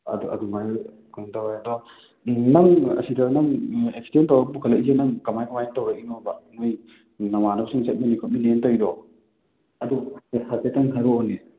ꯑꯗꯣ ꯑꯗꯨꯃꯥꯏꯅ ꯀꯩꯅꯣ ꯇꯧꯔꯦ ꯑꯗꯣ ꯅꯪ ꯑꯁꯤꯗ ꯅꯪ ꯑꯦꯛꯁꯤꯗꯦꯟ ꯇꯧꯔꯒ ꯄꯨꯈꯠꯂꯏꯁꯦ ꯅꯪ ꯀꯃꯥꯏ ꯀꯃꯥꯏꯅ ꯇꯧꯔꯛꯏꯅꯣꯕ ꯅꯣꯏ ꯅꯃꯥꯟꯅꯕꯁꯤꯡ ꯆꯠꯃꯤꯟ ꯈꯣꯠꯃꯤꯟꯅꯩꯅ ꯇꯧꯏꯗꯣ ꯑꯗꯣ ꯍꯥꯏꯐꯦꯠꯇꯪ ꯍꯥꯏꯔꯑꯣꯅꯦ